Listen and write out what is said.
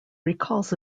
recalls